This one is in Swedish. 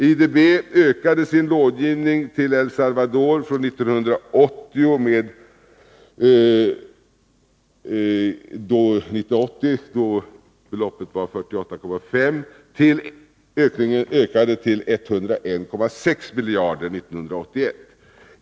IDB ökade 22 november 1982 sin långivning till El Salvador från 48,5 miljoner 1980 till 101,6 miljoner 1981.